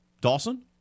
Dawson